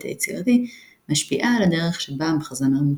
היצירתי משפיעה על הדרך שבה המחזמר מוצג.